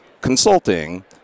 consulting